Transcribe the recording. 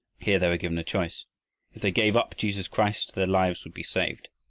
here they were given a choice. if they gave up jesus christ, their lives would be saved.